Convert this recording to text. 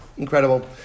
Incredible